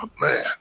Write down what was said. man